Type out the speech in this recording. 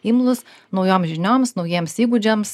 imlūs naujom žinioms naujiems įgūdžiams